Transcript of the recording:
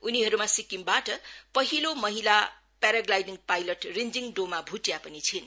उनीहरुमा सिक्किबाट पहिलो महिला पाराग्लाइडिङ पाइलट रिन्जीङ डोमा भुटिया पनि छिन्